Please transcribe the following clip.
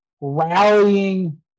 rallying